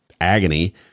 agony